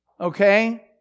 okay